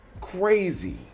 crazy